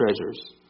treasures